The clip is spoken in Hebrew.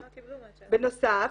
בנוסף,